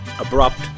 abrupt